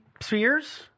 spheres